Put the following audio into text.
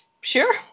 Sure